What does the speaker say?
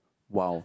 !wow!